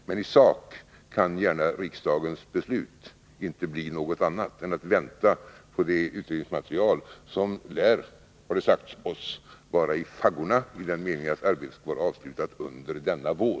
Men i sak kan riksdagens beslut inte gärna bli något annat än att vi får vänta på det utredningsmaterial som enligt vad som sagts oss skall vara i faggorna, i den meningen att arbetet skall vara avslutat under denna vår.